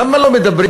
למה לא מדברים,